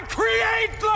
create